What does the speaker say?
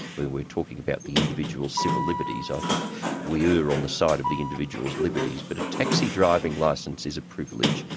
where we're talking about the individual's civil liberties, i think we err on the side of the individual's liberties, but a taxi driving licence is a privilege,